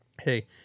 Hey